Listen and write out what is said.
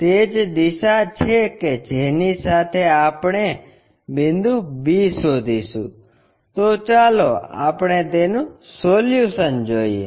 તે જ દિશા છે કે જેની સાથે આપણે બિંદુ b શોધીશું તો ચાલો આપણે તેનુ સોલ્યુશન જોઈએ